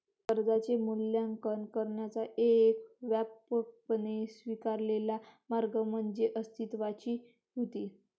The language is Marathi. कर्जाचे मूल्यांकन करण्याचा एक व्यापकपणे स्वीकारलेला मार्ग म्हणजे अस्तित्वाची कृती